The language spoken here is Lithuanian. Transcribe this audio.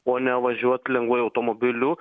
o ne važiuot lengvuoju automobiliu